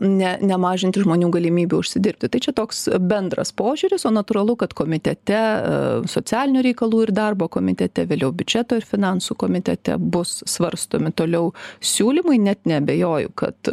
ne nemažinti žmonių galimybių užsidirbti tai čia toks bendras požiūris o natūralu kad komitete socialinių reikalų ir darbo komitete vėliau biudžeto ir finansų komitete bus svarstomi toliau siūlymai net neabejoju kad